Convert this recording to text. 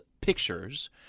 pictures